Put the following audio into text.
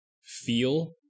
feel